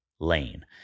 lane